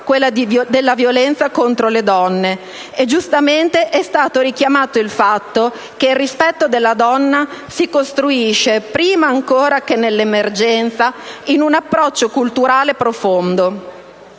quella della violenza contro le donne, e giustamente è stato richiamato il fatto che il rispetto della donna si costruisce, prima ancora che nell'emergenza, con un approccio culturale profondo.